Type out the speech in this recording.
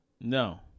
No